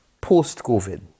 post-COVID